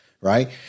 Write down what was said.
right